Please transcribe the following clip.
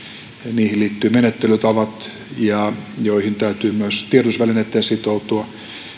niihin liittyvät menettelytavat joihin täytyy myös tiedotusvälineitten sitoutua